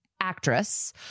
actress